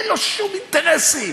אין לו שום אינטרסים,